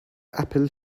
apple